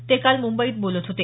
ते काल मुंबईत बोलत होते